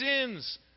sins